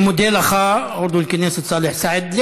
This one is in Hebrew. אני מודה לך, חבר הכנסת סאלח סעד.